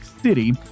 City